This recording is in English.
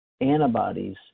antibodies